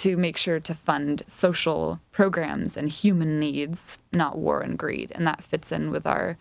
to make sure to fund social programs and human needs not worry and greed and that fits in with our